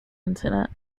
internet